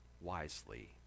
wisely